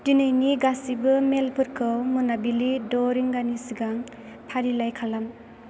दिनैनि गासिबो मेलफोरखौ मोनाबिलि द' रिंगानि सिगां फारिलाइ खालाम